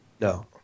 No